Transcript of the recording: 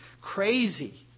crazy